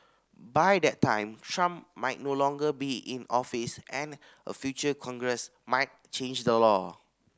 by that time Trump might no longer be in office and a future Congress might change the law